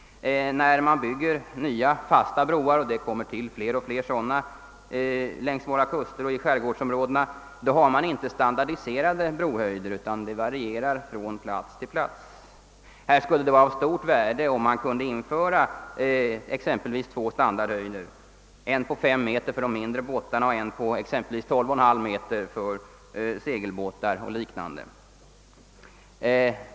När man bygger nya fasta broar — och alltfler sådana byggs längs våra kuster och i skärgårdsområdena — har man inte standardiserade brohöjder, utan dessa varierar från plats till plats. Det skulle vara av stort värde om man kunde införa två standardhöjder: en på 5 meter för de mindre båtarna och en på exempelvis 12,5 meter för segelbåtar och liknande.